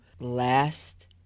last